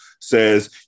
says